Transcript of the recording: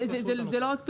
זה לא רק פרסום.